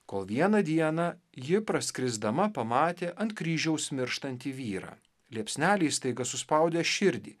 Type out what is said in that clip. kol vieną dieną ji praskrisdama pamatė ant kryžiaus mirštantį vyrą liepsnelei staiga suspaudė širdį